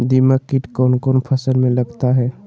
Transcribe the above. दीमक किट कौन कौन फसल में लगता है?